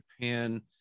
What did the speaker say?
Japan